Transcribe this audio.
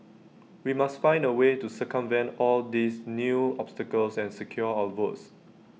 we must find A way to circumvent all these new obstacles and secure our votes